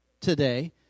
today